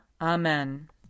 Amen